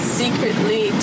secretly